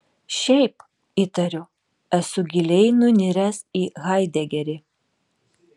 šitaip įtariu esu giliai nuniręs į haidegerį